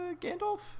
Gandalf